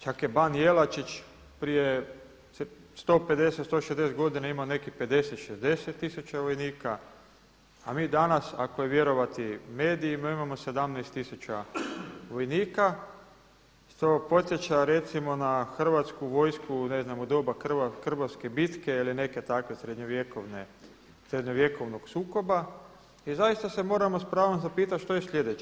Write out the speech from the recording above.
Čak je ban Jelačić prije 150, 160 godina imao nekih 50, 60 tisuća vojnika, a mi danas ako je vjerovati medijima imamo 17 tisuća vojnika što podsjeća recimo na hrvatsku vojsku u doba Krbavske bitke ili nekog takvo srednjovjekovnog sukoba i zaista se moramo s pravom zapitati što je sljedeće.